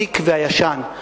הוותיק והישן.